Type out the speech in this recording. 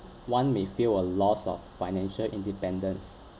one may feel a loss of financial independence